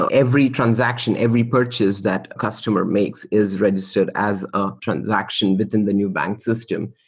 so every transaction, every purchase that a customer makes is registered as a transaction within the nubank system,